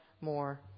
more